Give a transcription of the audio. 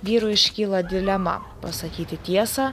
vyrui iškyla dilema pasakyti tiesą